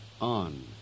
on